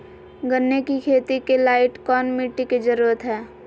गन्ने की खेती के लाइट कौन मिट्टी की जरूरत है?